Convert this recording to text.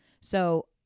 So-